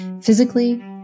physically